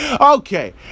Okay